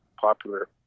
popular